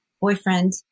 boyfriend